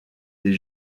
des